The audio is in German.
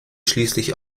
schließlich